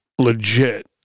legit